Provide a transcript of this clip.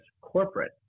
corporate